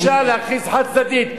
בלי הסכם ובלי הסכמה הדדית, חד-צדדית.